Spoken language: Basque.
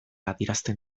adierazten